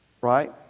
right